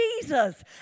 Jesus